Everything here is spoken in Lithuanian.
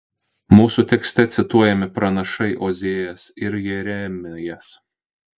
mūsų tekste cituojami pranašai ozėjas ir jeremijas